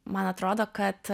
man atrodo kad